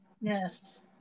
Yes